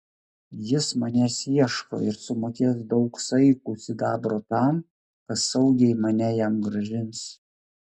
jis manęs ieško ir sumokės daug saikų sidabro tam kas saugiai mane jam grąžins